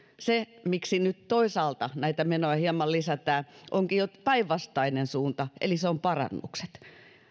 se miksi nyt toisaalta näitä menoja hieman lisätään onkin päinvastainen suunta eli parannukset